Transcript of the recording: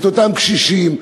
את אותם קשישים,